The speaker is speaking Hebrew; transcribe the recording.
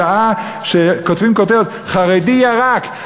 בשעה שכותבים כותרת: חרדי ירק,